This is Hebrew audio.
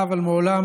בבקשה.